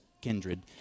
kindred